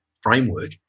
framework